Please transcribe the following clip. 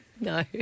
No